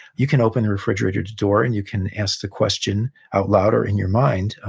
you can open the refrigerator door, and you can ask the question out loud or in your mind,